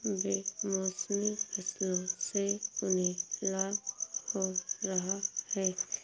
बेमौसमी फसलों से उन्हें लाभ हो रहा है